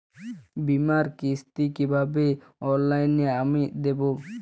বীমার কিস্তি কিভাবে অনলাইনে আমি দেবো?